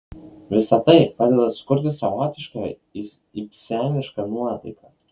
visa tai padeda sukurti savotišką ibsenišką nuotaiką